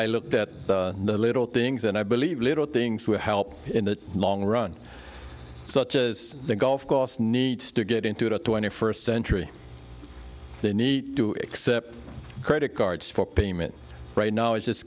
i looked at the little things and i believe little things will help in the long run such as the golf course needs to get into the twenty first century they need to accept credit cards for payment right now is